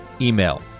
email